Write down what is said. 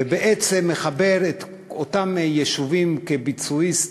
ובעצם מחבר את אותם יישובים, כביצועיסט,